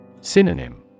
Synonym